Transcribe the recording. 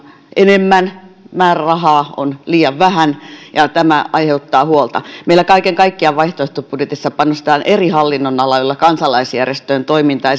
enemmän määrärahaa on liian vähän ja tämä aiheuttaa huolta meillä kaiken kaikkiaan vaihtoehtobudjetissa panostetaan eri hallinnon aloilla kansalaisjärjestöjen toimintaan